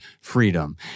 freedom